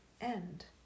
end